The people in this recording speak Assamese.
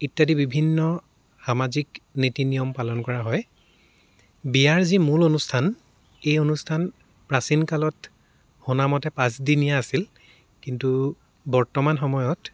ইত্যাদি বিভিন্ন সামাজিক নীতি নিয়ম পালন কৰা হয় বিয়াৰ যি মূল অনুষ্ঠান এই অনুষ্ঠান প্ৰাচীন কালত শুনামতে পাঁচদিনীয়া আছিল কিন্তু বৰ্তমান সময়ত